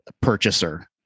purchaser